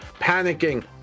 panicking